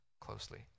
closely